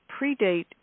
predate